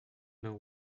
know